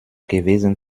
gewesen